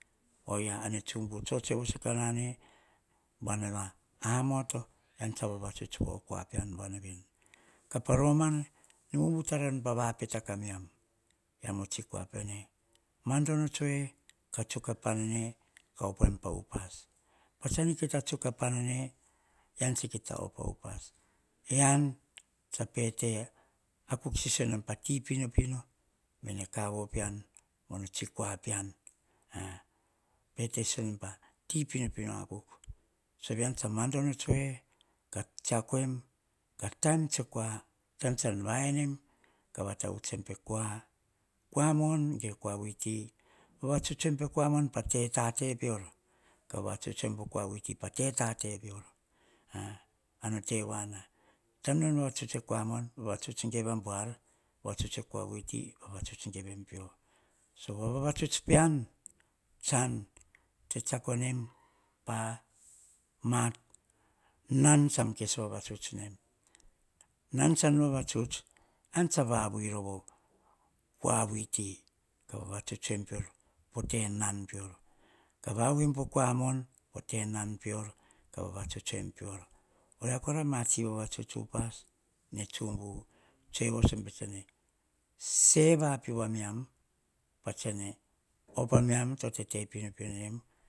Oyia, em ne tsubu tsotsoe voso kanane. Bama, amoto tsan vavatuts voa o kua pean veni, ka pa romana, ne bubu tara enu pavapeta ka miam, e am o kua pene. Madono tsam kita tsuk a panane ean tsan kita op a upas, en tsa pete sisio enom pati pinopino. Me kavu pean, mono tsi kua pean pete sisio enom pa ti pinopino akuk. Sove an tsa madodo tsoe, ka tsiako em. Taim tsan va en em. Ka vatavuts pe kua, kua vuiti ga, kua mon vavatuts em po kua mom pa tate peor. Ka vavatuts em po kua vuiti, pa teta peor a no te voana. Taim nan vavatuts ei kua man, vavatsuts geve a buar. Taim nom vavatuts e kua vuiti vavatuts geve abuar. Sovo vavatut pean, tsan tsetsako nem pa ma nan, tsan vavatuts nem, nan tsan avatuts, ean tsa vavui rova o kua vuiti ka vavatuts me peor po nan peor. Ka vavui po kua mon po te nan peor. Ka vavatuts em peor. Oyia rova ama tsi vavatuts upas. Ne tsubu sevoo tsene se vapiuvu a mean. Pa tsene op a miam to tete pinopino nem,